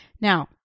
Now